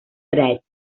drets